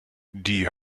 die